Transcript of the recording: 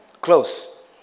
close